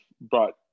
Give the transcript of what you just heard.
brought